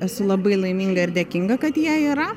esu labai laiminga ir dėkinga kad jie yra